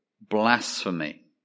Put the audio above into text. blasphemy